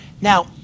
Now